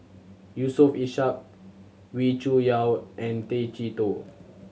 Yusof Ishak Wee Cho Yaw and Tay Chee Toh